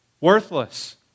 Worthless